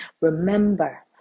Remember